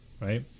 right